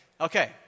Okay